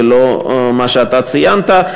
ולא מה שאתה ציינת.